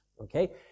Okay